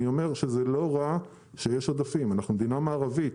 זה לא רע שיש עודפים, אנחנו מדינה מערבית,